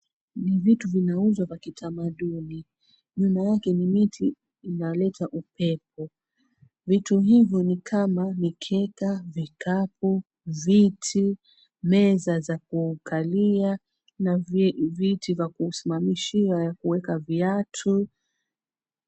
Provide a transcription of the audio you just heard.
Vitu vinauzwa vya kitamaduni, nyuma yake ni miti inaleta upepo. Vitu hivyo ni kama mikeka, vikapu, viti, meza za kukalia na viti vya kusimamishia ya kuweka viatu.